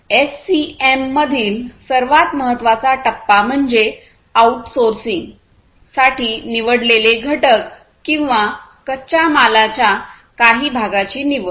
एससीएममधील सर्वात महत्वाचा टप्पा म्हणजे आउटसोर्सिंग साठी निवडलेले घटक किंवा कच्च्या मालाच्या काही भागांची निवड